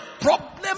problem